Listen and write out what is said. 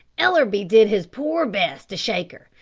ellbery did his poor best to shake her,